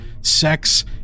sex